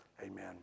amen